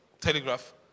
telegraph